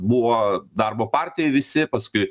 buvo darbo partijoj visi paskui